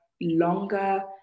longer